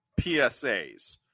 PSAs